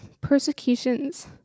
persecutions